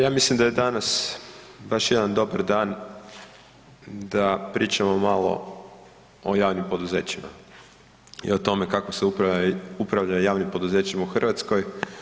Ja mislim da je danas baš jedan dobar dan da pričamo malo o javnim poduzećima i o tome kako se upravlja javnim poduzećima u Hrvatskoj.